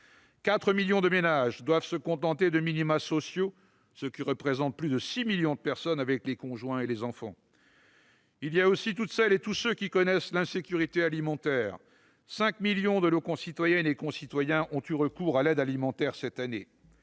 4 millions de ménages doivent se contenter de minima sociaux, ce qui représente plus de 6 millions de personnes si l'on inclut les conjoints et les enfants. Il y a aussi toutes celles et tous ceux qui connaissent l'insécurité alimentaire. Cette année, 5 millions de nos concitoyennes et concitoyens ont eu recours à l'aide alimentaire.